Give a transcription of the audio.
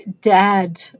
dad